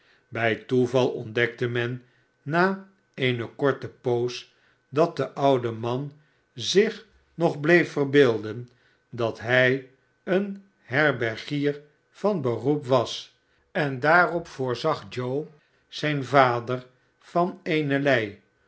bij toeval ontdekte men na eene korte poos dat de ottde man zich nog bleef verbeelden dat hij een herbergier van beroep was en daarop voorzag joe zijn vader van eene lei